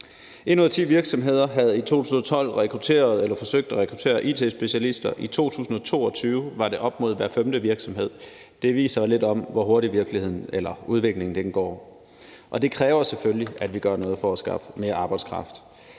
Innovative virksomheder havde i 2012 rekrutteret eller forsøgt at rekruttere it-specialister. I 2022 var det op imod hver femte virksomhed. Det viser lidt om, hvor hurtigt udviklingen går, og det kræver selvfølgelig, at vi gør noget for at skaffe mere arbejdskraft.